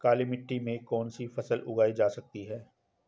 काली मिट्टी में कौनसी फसल उगाई जा सकती है?